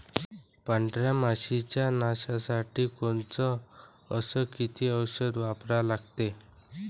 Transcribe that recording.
पांढऱ्या माशी च्या नाशा साठी कोनचं अस किती औषध वापरा लागते?